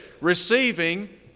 receiving